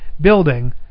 building